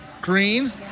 Green